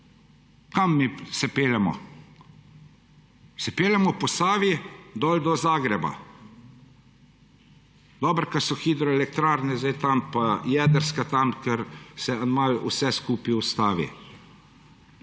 Kam mi se peljemo? Se peljemo po Savi dol do Zagreba. Dobro, ko so hidroelektrarne zdaj tam, pa je jedrska tam, ker se malo vse skupaj ustavi.